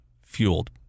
fueled